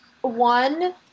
One